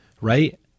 right